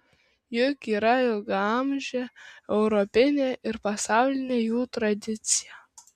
juk yra ilgaamžė europinė ir pasaulinė jų tradicija